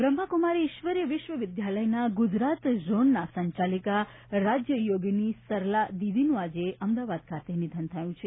બ્રહ્માકુમારી ઇશ્વરીય વિશ્વ વિદ્યાલયના ગુજરાત ઝોનના સંચાલીકા રાજયોગીની સરલા દીદીનું આજે અમદાવાદ ખાતે નિધન થયું છે